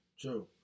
True